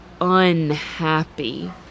unhappy